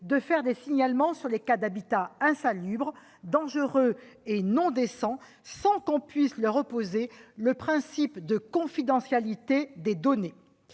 à des signalements dans les cas d'habitat insalubre, dangereux et indécent, sans que l'on puisse leur opposer le principe de confidentialité des données.